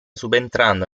subentrando